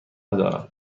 دارم